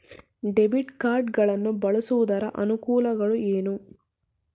Debit card ಗಳನ್ನು ಬಳಸುವುದರ ಅನಾನುಕೂಲಗಳು ಏನು?